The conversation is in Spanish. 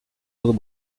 los